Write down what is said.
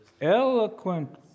Eloquent